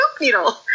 needle